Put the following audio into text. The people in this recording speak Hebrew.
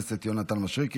הכנסת יונתן מישרקי,